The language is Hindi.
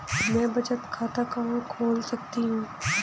मैं बचत खाता कहां खोल सकती हूँ?